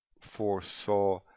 foresaw